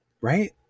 Right